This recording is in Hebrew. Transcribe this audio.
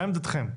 מה עמדתכם?